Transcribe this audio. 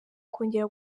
kongera